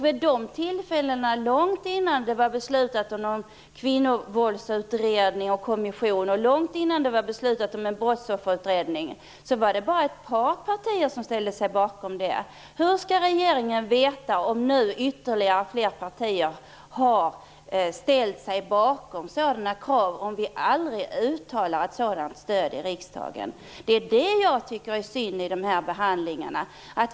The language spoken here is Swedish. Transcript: Vid de tillfällena, långt innan det var beslutat om någon kvinnovåldsutredning och kommission, och långt innan det var beslutat om en brottsofferutredning, var det bara ett par partier som ställde sig bakom. Hur skall regeringen få veta om nu ytterligare partier har ställt sig bakom dessa krav om vi aldrig uttalar ett sådant stöd i riksdagen? Det är det jag tycker är synd i de här behandlingarna.